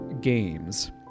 games